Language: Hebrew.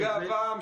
משגב עם,